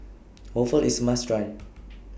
Waffle IS must Try